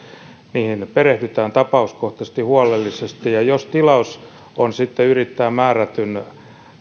niihin perehdytään tapauskohtaisesti huolellisesti ja jos tilaus sitten ylittää määrätyn